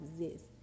exist